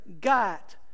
got